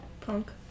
punk